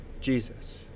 Jesus